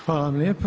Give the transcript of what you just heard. Hvala vam lijepa.